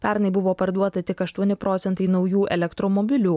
pernai buvo parduota tik aštuoni procentai naujų elektromobilių